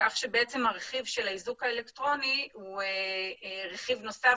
כך שהרכיב של האיזוק האלקטרוני הוא רכיב נוסף